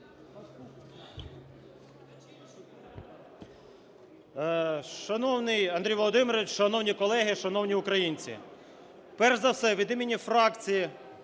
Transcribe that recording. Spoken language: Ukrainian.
Шановний Андрію Володимировичу, шановні колеги, шановні українці! Перш за все від імені фракції